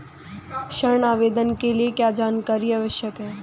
ऋण आवेदन के लिए क्या जानकारी आवश्यक है?